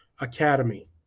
Academy